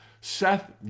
Seth